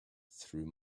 through